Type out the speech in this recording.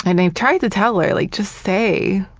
and i've tried to tell her like just say,